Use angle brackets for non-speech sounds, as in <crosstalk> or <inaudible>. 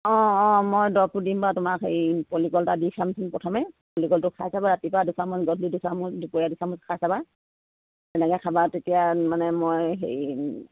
অঁ অঁ মই দৰৱটো দিম বাৰু তোমাক হেই পলিকল এটা দি খামচোন প্ৰথমে পলিকলটো খাই চাবা ৰাতিপুৱা দুচামুচ <unintelligible> দুপৰীয়া দুচামুচ খাই চাবা তেনেকে খাবা তেতিয়া মানে মই হেৰি